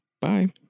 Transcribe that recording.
bye